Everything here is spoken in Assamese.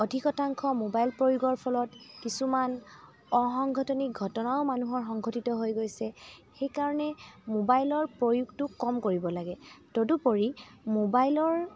অধিক শতাংশ মোবাইল প্ৰয়োগৰ ফলত কিছুমান অসংঘটনিক ঘটনাও মানুহৰ সংঘতিত হৈ গৈছে সেইকাৰণে মোবাইলৰ প্ৰয়োগটো কম কৰিব লাগে তদুপৰি মোবাইলৰ